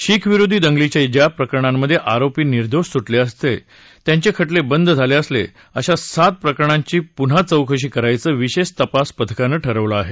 शीखविरोधी दंगलीच्या ज्या प्रकरणांमधे आरोपी निर्दोष सुटले किंवा त्यांचे खटले बंद झाले अशा सात प्रकरणांची पुन्हा चौकशी करायचं विशेष तपास पथकानं ठरवलं आहे